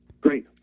Great